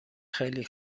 خیلی